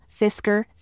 Fisker